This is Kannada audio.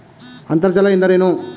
ಅಂತರ್ಜಲ ಎಂದರೇನು?